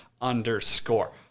underscore